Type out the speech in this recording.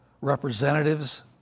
representatives